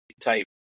type